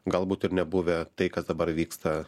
galbūt ir nebuvę tai kas dabar vyksta